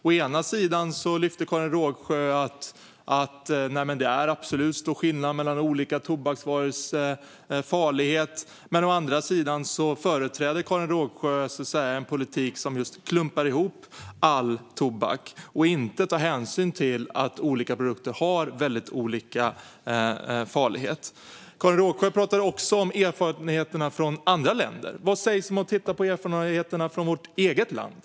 Å ena sidan sa Karin Rågsjö att det absolut är stor skillnad mellan olika tobaksvarors farlighet, å andra sidan företräder Karin Rågsjö en politik som klumpar ihop all tobak och inte tar hänsyn till att olika produkter har olika farlighetsgrad. Karin Rågsjö talade också om erfarenheterna från andra länder. Vad sägs om att titta på erfarenheterna från vårt eget land?